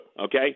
okay